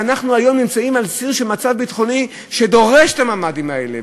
ואנחנו היום נמצאים על ציר של מצב ביטחוני שדורש את הממ"דים האלה.